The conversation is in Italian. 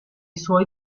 suoi